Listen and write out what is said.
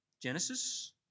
Genesis